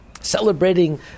Celebrating